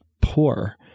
poor